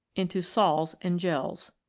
into sols and gels.